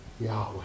Yahweh